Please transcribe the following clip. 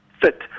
fit